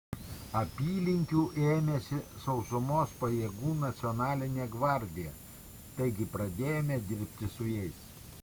apylinkių ėmėsi sausumos pajėgų nacionalinė gvardija taigi pradėjome dirbti su jais